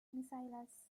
missiles